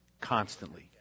Constantly